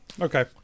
okay